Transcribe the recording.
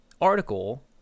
article